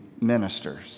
ministers